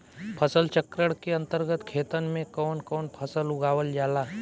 फसल चक्रण के अंतर्गत खेतन में कवन कवन फसल उगावल जाला?